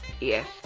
Yes